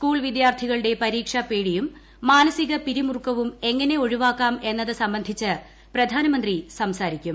school വിദ്യാർത്ഥികളുടെ പരീക്ഷാ പേടിയും മാനസിക പിരിമുറുക്കവും എങ്ങനെ ഒഴിവാക്കാം എന്നത് സംബന്ധിച്ച് പ്രധാനമന്ത്രി സംസാരിക്കും